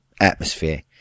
atmosphere